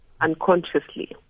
unconsciously